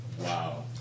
Wow